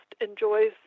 enjoys